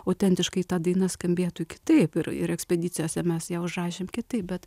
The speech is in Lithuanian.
autentiškai ta daina skambėtų kitaip ir ir ekspedicijose mes ją užrašėm kitaip bet